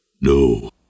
No